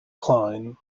klein